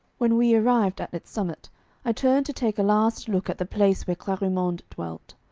when we arrived at its summit i turned to take a last look at the place where clarimonde dwelt.